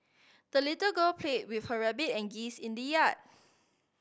the little girl played with her rabbit and geese in the yard